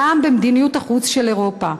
גם במדיניות החוץ של אירופה.